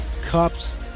cups